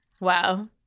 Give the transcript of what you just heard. wow